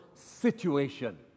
situation